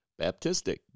baptistic